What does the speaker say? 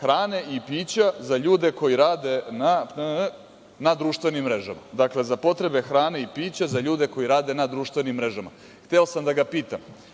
hrane i pića za ljude koji rade na društvenim mrežama. Dakle, za potrebe hrane i pića za ljude koji rade na društvenim mrežama. Hteo sam da ga pitam,